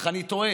אך אני תוהה: